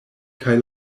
kaj